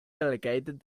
delegated